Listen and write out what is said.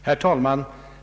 Herr talman!